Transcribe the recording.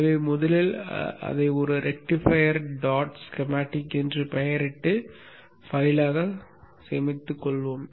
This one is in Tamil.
எனவே முதலில் அதை ஒரு ரெக்டிஃபையர் டாட் ஸ்கீமேட்டிக் என்று பெயரிட்டு கோப்பாக சேமித்து கொள்வோம்